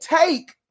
take